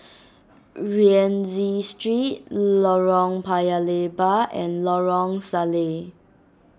Rienzi Street Lorong Paya Lebar and Lorong Salleh